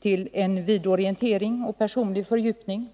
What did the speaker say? till en vid orientering och möjligheten till personlig fördjupning.